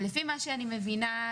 לפי מה שאני מבינה,